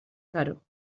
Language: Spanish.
caro